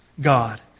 God